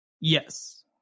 yes